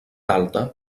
alta